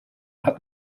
hat